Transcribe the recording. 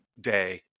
day